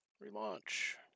Relaunch